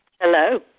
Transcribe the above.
Hello